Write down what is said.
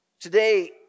Today